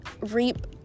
reap